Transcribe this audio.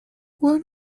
one